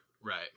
Right